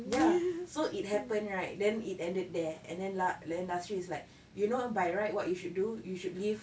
ya so it happened right then it ended there and then la~ lasiri's like you know by right what you should do you should leave